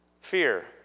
Fear